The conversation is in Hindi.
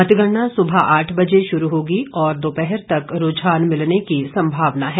मतगणना सुबह आठ बजे शुरू होगी और दोपहर तक रूझान मिलने की संभावना है